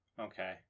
Okay